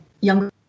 younger